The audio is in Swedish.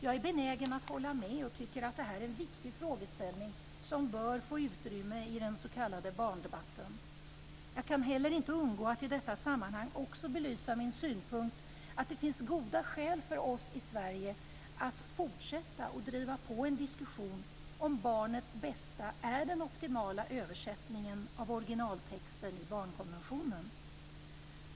Jag är benägen att hålla med, och jag tycker att det här är en viktig frågeställning som bör få utrymme i den s.k. barndebatten. Jag kan inte heller undgå att i detta sammanhang också belysa min synpunkt att det finns goda skäl för oss i Sverige att fortsätta att driva på en diskussion om huruvida "barnets bästa" är den optimala översättningen av originaltexten i barnkonventionen.